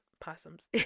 possums